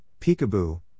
peekaboo